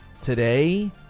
Today